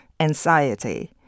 Anxiety